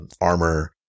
armor